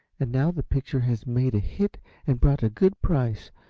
and now the picture has made a hit and brought a good price,